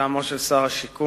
אני משיב כאן מטעמו של שר השיכון.